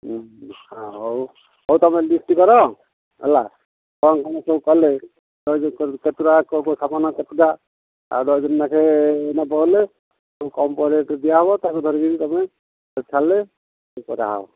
ହଁ ହଉ ହଉ ତୁମେ ଲିଷ୍ଟ କର ହେଲା କ'ଣ କ'ଣ ସବୁ କଲେ କେତଟା କୋଉ ସାବୁନ କେତେଟା ଆଉ ଡଜନ ଲାଖେ ନେବ ବୋଲେ ସବୁ କମ୍ ରେଟ୍ରେ ଦିଆହେବ ତାକୁ ଧରିକି ତମେ ଛାଡ଼ିଲେ କରାହେବ